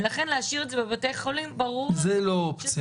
ולכן להשאיר את זה בבתי חולים ברור לנו -- שזאת לא אופציה.